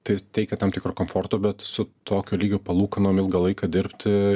tai teikia tam tikro komforto bet su tokio lygio palūkanom ilgą laiką dirbti